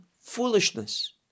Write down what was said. foolishness